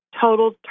total